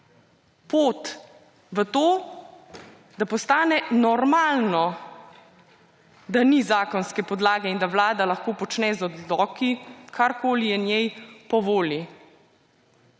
pot v to, da postane normalno, da ni zakonske podlage in da vlada lahko počne z odloki, karkoli je njej po volji.